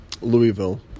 Louisville